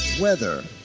weather